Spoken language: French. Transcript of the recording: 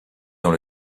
dans